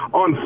on